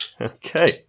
Okay